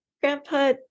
Grandpa